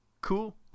cool